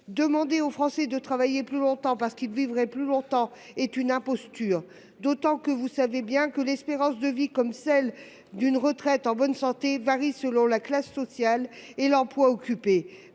Demander aux Français de travailler plus longtemps parce qu'ils vivraient plus longtemps est une imposture, d'autant que, vous le savez bien, l'espérance de vie, comme celle d'une retraite en bonne santé, varie selon la classe sociale et l'emploi occupé.